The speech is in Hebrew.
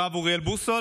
הרב אוריאל בוסו,